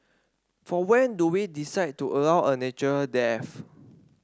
for when do we decide to allow a natural death